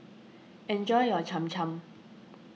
enjoy your Cham Cham